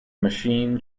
machine